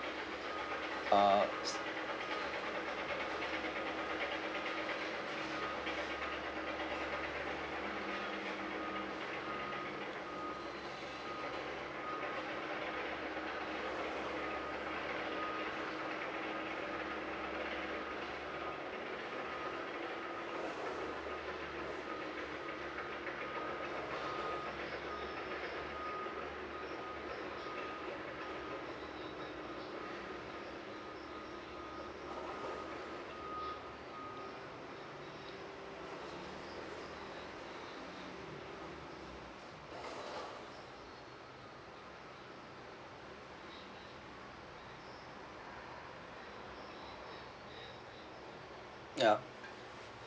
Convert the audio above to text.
uh ya